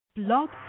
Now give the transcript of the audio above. Blog